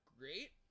great